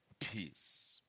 peace